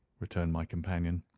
returned my companion.